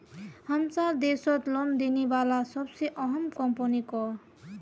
हमसार देशत लोन देने बला सबसे अहम कम्पनी क